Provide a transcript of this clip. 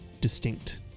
distinct